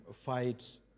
fights